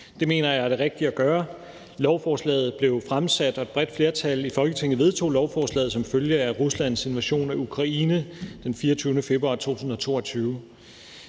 Det mener jeg er det rigtige at gøre. Lovforslaget blev fremsat, og et bredt flertal i Folketinget vedtog lovforslaget som følge af Ruslands invasion af Ukraine den 24. februar 2022.